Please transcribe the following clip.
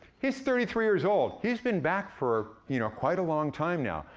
he's thirty three years old. he's been back for you know quite a long time now.